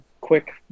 quick